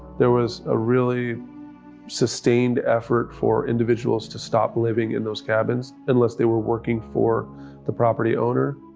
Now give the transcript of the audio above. there was a really sustained effort for individuals to stop living in those cabins unless they were working for the property owner.